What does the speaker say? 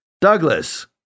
Douglas